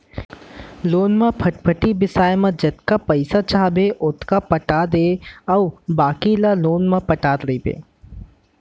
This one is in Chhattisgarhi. लोन म फटफटी बिसाए म जतका पइसा चाहबे ओतका पटा दे अउ बाकी ल लोन म पटात रइबे